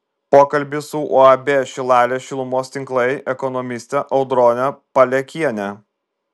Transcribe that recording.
pokalbis su uab šilalės šilumos tinklai ekonomiste audrone palekiene